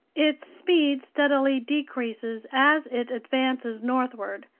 its speed steadily decreases as it advances northward,